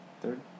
Third